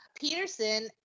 Peterson